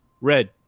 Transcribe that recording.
Red